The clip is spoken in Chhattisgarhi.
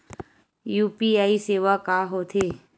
यू.पी.आई सेवा का होथे?